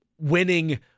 winning